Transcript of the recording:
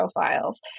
profiles